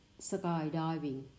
skydiving